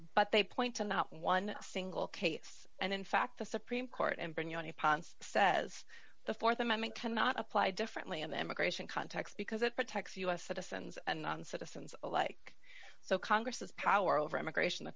but they point to not one single case and in fact the supreme court and venue only ponse says the th amendment cannot apply differently in the immigration context because it protects us citizens and non citizens alike so congress has power over immigration the